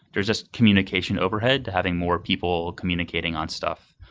there's just communication overhead to having more people communicating on stuff.